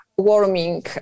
warming